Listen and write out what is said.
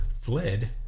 fled